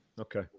okay